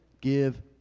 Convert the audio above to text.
give